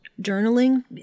journaling